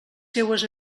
seues